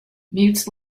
mutes